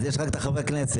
אז יש רק את חברי הכנסת.